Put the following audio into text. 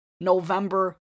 November